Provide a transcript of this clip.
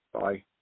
Bye